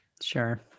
Sure